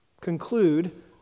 conclude